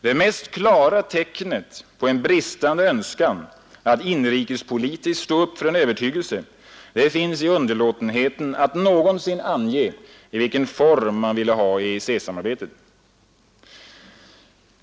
Det mest klara tecknet på en bristande önskan att inrikespolitiskt stå upp för en övertygelse finns i underlåtenheten att någonsin ange i vilken form man ville ha EEC-samarbetet.